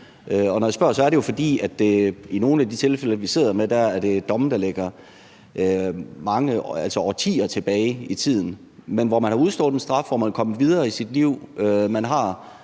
Når jeg spørger, er det jo, fordi der i nogle af de tilfælde, vi sidder med, er tale om domme, der ligger mange årtier tilbage i tiden, og hvor man har udstået straffen og er kommet videre i sit liv;